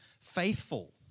faithful